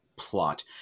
plot